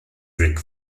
greek